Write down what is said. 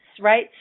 right